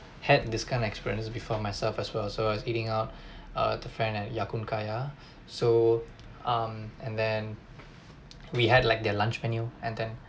had this kind of experience before myself as well so I was eating out err with a friend at ya kun kaya so um and then we had like their lunch menu and then